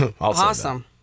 Awesome